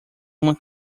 uma